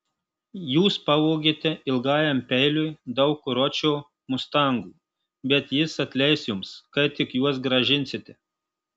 jūs pavogėte ilgajam peiliui daug ročio mustangų bet jis atleis jums kai tik juos grąžinsite